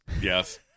Yes